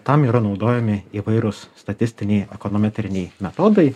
tam yra naudojami įvairūs statistiniai ekonometriniai metodai